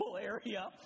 area